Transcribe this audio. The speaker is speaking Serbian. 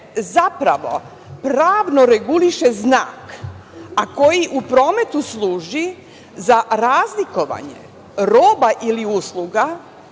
zapravo pravno reguliše znak, a koji u prometu služi za razlikovanje roba ili usluga